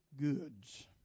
goods